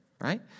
right